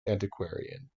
antiquarian